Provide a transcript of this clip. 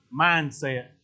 mindset